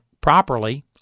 properly